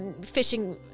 fishing